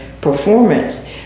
performance